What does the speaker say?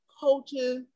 coaches